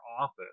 office